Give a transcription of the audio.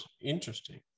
Interesting